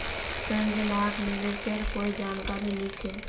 संजनाक निवेशेर कोई जानकारी नी छेक